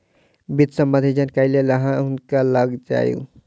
वित्त सम्बन्धी जानकारीक लेल अहाँ हुनका लग जाऊ